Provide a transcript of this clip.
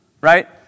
right